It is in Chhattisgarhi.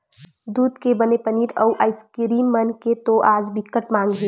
दूद के बने पनीर, अउ आइसकीरिम मन के तो आज बिकट माग हे